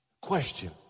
Question